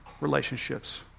relationships